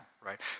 right